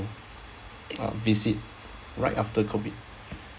uh visit right after COVID